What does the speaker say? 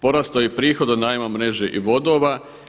Porastao je i prihod od najma mreže i vodova.